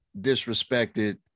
disrespected